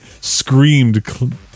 screamed